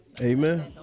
Amen